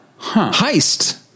heist